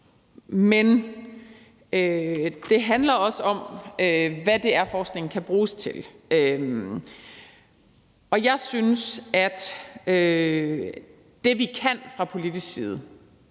men det handler også om, hvad det er, forskningen kan bruges til, og hvad vi kan gøre fra politisk side,